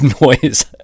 noise